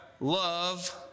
love